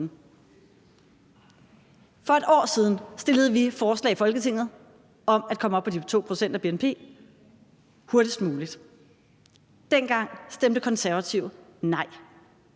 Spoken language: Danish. For et år siden fremsatte vi et forslag i Folketinget om at komme op på de 2 pct. af bnp hurtigst muligt. Dengang stemte Konservative nej.